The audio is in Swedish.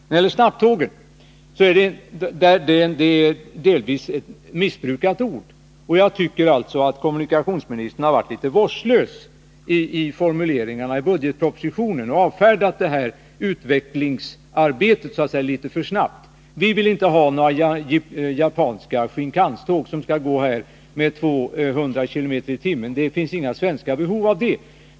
Beträffande snabbtåg: Det är delvis ett missbrukat ord. Jag tycker att kommunikationsministern varit litet vårdslös i formuleringarna i budgetpropositionen och avfärdat utvecklingsarbetet på det här området litet för snabbt. Vi vill inte ha några japanska Shinkansen-tåg som skall gå med 200 km/tim. — det finns inget svenskt behov av det.